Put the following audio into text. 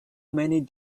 many